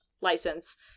license